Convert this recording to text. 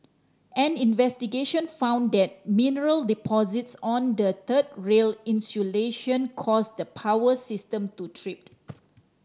an investigation found that mineral deposits on the third rail insulation caused the power system to trip